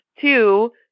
Two